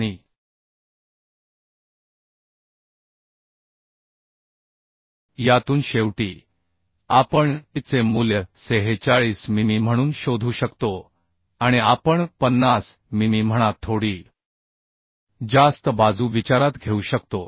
आणि यातून शेवटी आपण A चे मूल्य 46 मिमी म्हणून शोधू शकतो आणि आपण 50 मिमी जास्त बाजू विचारात घेऊ शकतो